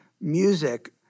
music